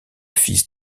fils